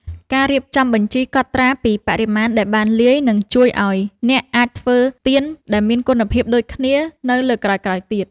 ការរៀបចំបញ្ជីកត់ត្រាពីបរិមាណដែលបានលាយ នឹងជួយឱ្យអ្នកអាចធ្វើទៀនដែលមានគុណភាពដូចគ្នានៅលើកក្រោយៗទៀត។